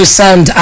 send